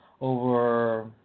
over